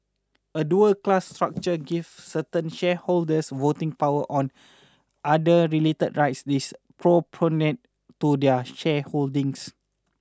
a dual class structure gives certain shareholders voting power or other related rights disproportionate to their shareholding